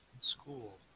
school